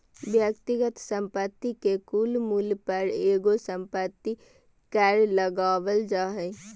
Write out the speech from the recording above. व्यक्तिगत संपत्ति के कुल मूल्य पर एगो संपत्ति कर लगावल जा हय